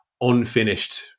unfinished